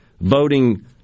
voting